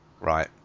Right